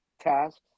tasks